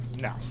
No